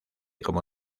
como